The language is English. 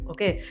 Okay